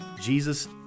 Jesus